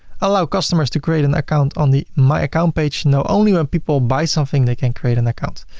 allow customers to create an account on the my account page no. only when people buy something, they can create an account.